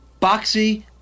Boxy